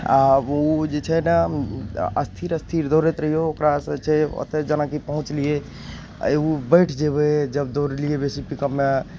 आब उ जे छै ने स्थिरे स्थिरे दौड़ैत रहियौ ओकरासँ छै ओतऽ जेनाकि पहुँचलियै एगो बैठ जेबय जब दौड़लियै बेसी पिकअपमे